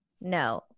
No